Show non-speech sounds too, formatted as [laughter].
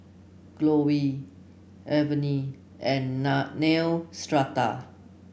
Growell Avene and [unintelligible] Neostrata